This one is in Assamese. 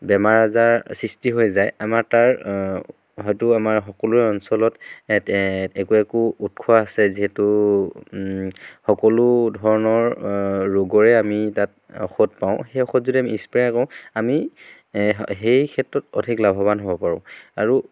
বেমাৰ আজাৰ সৃষ্টি হৈ যায় আমাৰ তাৰ হয়তো আমাৰ সকলোৰে অঞ্চলত একো একো উৎস আছে যিহেতু সকলো ধৰণৰ ৰোগৰে আমি তাত ঔষধ পাওঁ সেই ঔষধ যদি আমি স্প্ৰে' কৰোঁ আমি সেই ক্ষেত্ৰত অধিক লাভৱান হ'ব পাৰোঁ আৰু